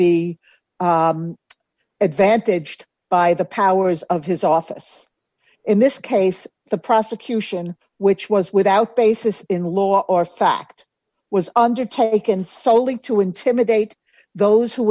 be advantaged by the powers of his office in this case the prosecution which was without basis in law or fact was undertaken solely to intimidate those who